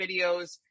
videos